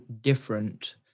different